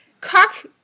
cock